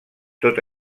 tot